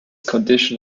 condition